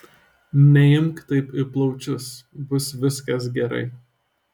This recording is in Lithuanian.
neimk taip į plaučius bus viskas gerai